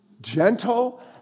gentle